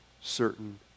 certain